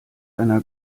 einer